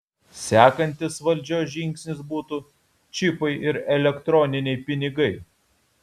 sekantis valdžios žingsnis būtų čipai ir elektroniniai pinigai